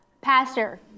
Pastor